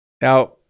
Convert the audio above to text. Now